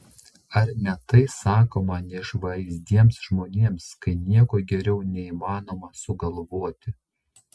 ar ne tai sakoma neišvaizdiems žmonėms kai nieko geriau neįmanoma sugalvoti